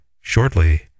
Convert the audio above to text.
shortly